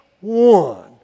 one